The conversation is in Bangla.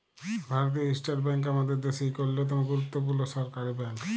ভারতীয় ইস্টেট ব্যাংক আমাদের দ্যাশের ইক অল্যতম গুরুত্তপুর্ল সরকারি ব্যাংক